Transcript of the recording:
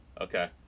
Okay